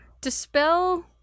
Dispel